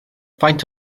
faint